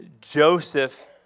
Joseph